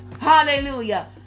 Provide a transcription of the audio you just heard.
hallelujah